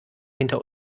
hinter